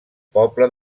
poble